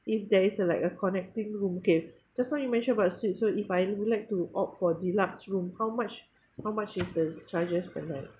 if there is a like a connecting room okay just now you mentioned about suite so if I would like to opt for deluxe room how much how much is the charges per night